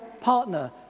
partner